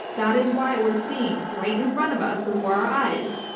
that is why we're seeing, right in front of us before our eyes,